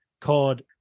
called